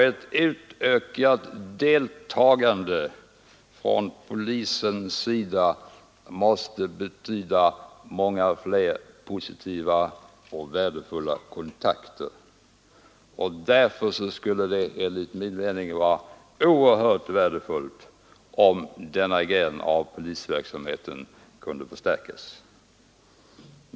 Ett utökat deltagande från polisens sida måste betyda många fler positiva och värdefulla kontakter. Därför skulle det enligt min mening vara oerhört värdefullt om denna gren av polisverksamheten kunde förstärkas.